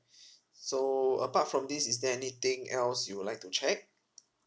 so apart from this is there anything else you would like to check